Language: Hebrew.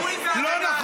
החוק הוא, לא נכון.